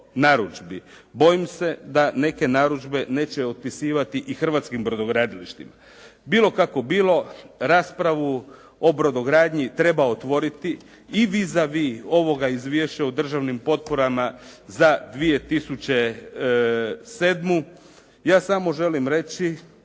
narudžbi, bojim se da neke narudžbe neće otpisivati i hrvatskim brodogradilištima. Bilo kako bilo, raspravu o brodogradnji treba otvoriti i vis a vis ovoga Izvješća o državnim potporama za 2007., ja samo želim reći